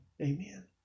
Amen